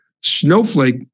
Snowflake